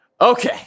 okay